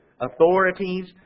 authorities